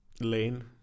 lane